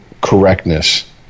correctness